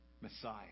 Messiah